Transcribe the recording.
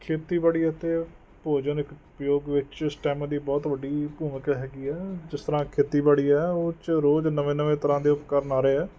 ਖੇਤੀਬਾੜੀ ਅਤੇ ਭੋਜਨ ਵਿੱਚ ਸਟੈਮ ਦੀ ਬਹੁਤ ਵੱਡੀ ਭੂਮਿਕਾ ਹੈਗੀ ਆ ਜਿਸ ਤਰ੍ਹਾਂ ਖੇਤੀਬਾੜੀ ਹੈ ਉਹ 'ਚ ਰੋਜ਼ ਨਵੇਂ ਨਵੇਂ ਤਰ੍ਹਾਂ ਦੇ ਉਪਕਰਨ ਆ ਰਹੇ ਐਂ